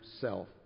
self